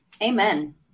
Amen